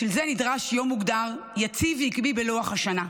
בשביל זה נדרש יום מוגדר, יציב ועקבי בלוח השנה,